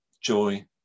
joy